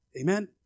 Amen